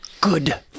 good